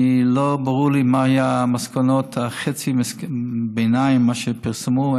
לא ברור לי מה היו מסקנות הביניים, מה שפרסמו.